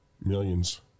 millions